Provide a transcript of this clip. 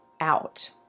out